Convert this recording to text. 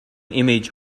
image